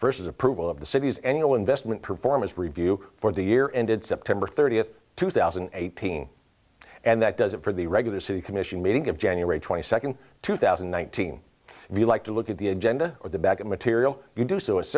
is approval of the city's annual investment performance review for the year ended september thirtieth two thousand and eighteen and that does it for the regular city commission meeting of january twenty second two thousand and nineteen if you like to look at the agenda or the back of material you do s